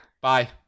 Bye